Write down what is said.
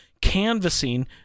canvassing